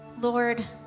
Lord